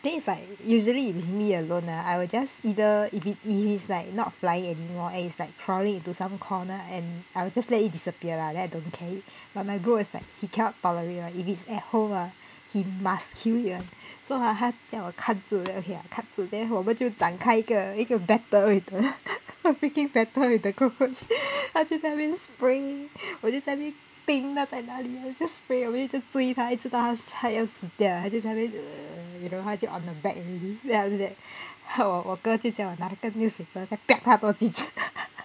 then it's like usually if it's me alone ah I will just either if it if it is like not flying anymore and it's like crawling into some corner and I will just let it disappear lah then I don't care it but my bro is like he cannot tolerate [one] if it's at home ah he must kill it [one] so ah 他叫我看住看住 then 我们就展开一个一个 battle with the freaking battle with the cockroach 他就在那边 spray 我就在那边盯它在哪里 then just spray 我们一直追它一直就到它要死掉它就 on the back already then after that 我我哥就叫我拿那个 newspaper 再 piak 它多几次